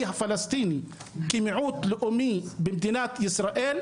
הפלסטיני כמיעוט לאומי במדינת ישראל,